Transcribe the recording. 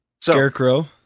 Scarecrow